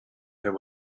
there